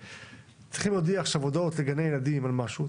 צריך להודיע עכשיו הודעות לגני ילדים על משהו,